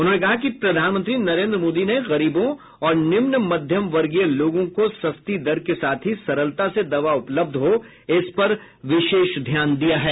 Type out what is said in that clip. उन्होंने कहा कि प्रधानमंत्री नरेंद्र मोदी ने गरीबों और निम्न मध्यमवर्गीय लोगों को सस्ती दर के साथ ही सरलता से दवा उपलब्ध हो इस पर विशेष ध्यान दिया है